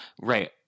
Right